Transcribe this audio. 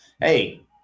Hey